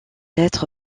être